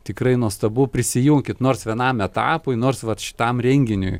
tikrai nuostabu prisijunkit nors vienam etapui nors vat šitam renginiui